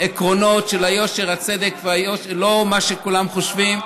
עקרונות של יושר, צדק לא מה שכולם חושבים.